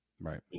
right